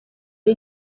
ari